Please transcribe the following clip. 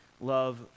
love